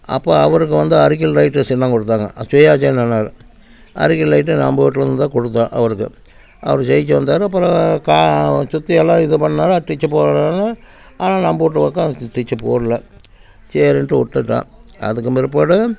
அப்போ அவருக்கு வந்து அரிக்கல் லைட்டு சின்னம் கொடுத்தாங்க சுயேச்சையாக நின்றாரு அரிக்கல் லைட்டு நம்ம வீட்டிலிருந்து தான் கொடுத்தோம் அவருக்கு அவர் ஜெயித்து வந்தார் அப்புறம் கா சுற்றியெல்லாம் இது பண்ணார் டிச்சு போட்றேன்னு ஆனால் நம்ம வீட்டுப் பக்கம் அந்த டிச்சு போடல சரின்ட்டு விட்டுட்டேன் அதுக்கும் பிற்பாடு